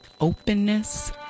openness